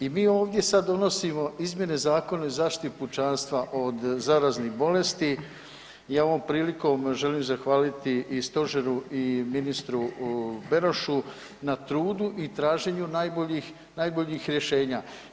I mi ovdje sada donosimo izmjene Zakona o zaštiti pučanstva od zaraznih bolesti i ja ovom prilikom želim zahvaliti i stožeru i ministru Berošu na trudu i traženju najboljih rješenja.